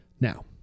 Now